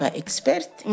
expert